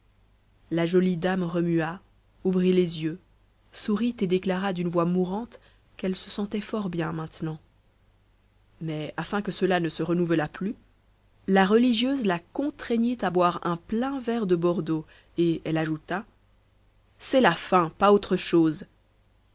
la jolie dame remua ouvrit les yeux sourit et déclara d'une voix mourante qu'elle se sentait fort bien maintenant mais afin que cela ne se renouvelât plus la religieuse la contraignit à boire un plein verre de bordeaux et elle ajouta c'est la faim pas autre chose